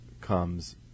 comes